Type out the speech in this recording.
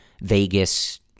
Vegas